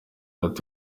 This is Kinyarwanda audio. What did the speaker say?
ati